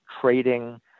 trading